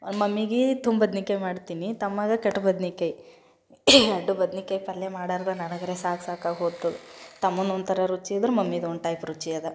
ಮಮ್ಮಿಗೆ ತುಂಬಿ ಬದ್ನಿಕಾಯಿ ಮಾಡ್ತೀನಿ ತಮ್ಮಗೆ ಕಟ್ ಬದ್ನಿಕಾಯಿ ಎರಡೂ ಬದ್ನಿಕಾಯಿ ಪಲ್ಯ ಮಾಡಾರ್ದ ನನಗರೆ ಸಾಕು ಸಾಕಾಗಿ ಹೋತು ತಮ್ಮನ ಒಂಥರ ರುಚಿ ಇದ್ರೆ ಮಮ್ಮೀದು ಒಂದು ಟೈಪ್ ರುಚಿ ಅದ